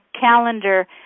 calendar